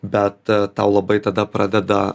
bet tau labai tada pradeda